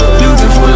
beautiful